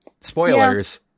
Spoilers